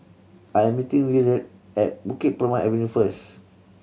I am meeting Willard at Bukit Purmei Avenue first